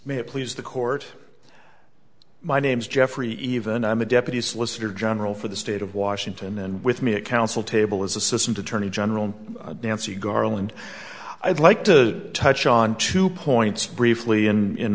may please the court my name's jeffrey even i'm a deputy solicitor general for the state of washington and with me at counsel table as assistant attorney general nancy garland i'd like to touch on two points briefly in